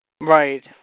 Right